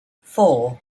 four